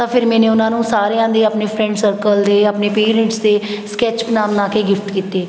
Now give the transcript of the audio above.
ਤਾਂ ਫਿਰ ਮੈਨੇ ਉਹਨਾਂ ਨੂੰ ਸਾਰਿਆਂ ਦੇ ਆਪਣੇ ਫਰੈਂਡ ਸਰਕਲ ਦੇ ਆਪਣੇ ਪੇਰੈਂਟਸ ਦੇ ਸਕੈੱਚ ਬਣਾ ਬਣਾ ਕੇ ਗਿਫਟ ਕੀਤੇ